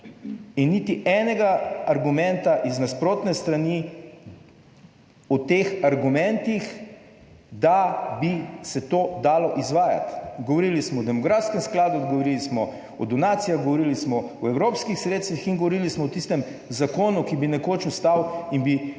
in niti enega argumenta iz nasprotne strani o teh argumentih, da bi se to dalo izvajati. Govorili smo o demografskem skladu, govorili smo o donacijah, govorili smo o evropskih sredstvih in govorili smo o tistem zakonu, ki bi nekoč ostal in bi reševal